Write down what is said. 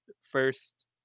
first